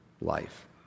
life